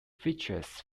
features